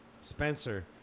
Spencer